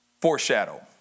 Foreshadow